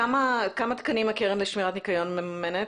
כמה תקנים מכירים לשמירת ניקיון באמת?